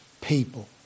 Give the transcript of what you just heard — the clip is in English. people